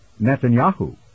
Netanyahu